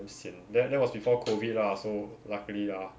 damn sian then that was before COVID lah so luckily lah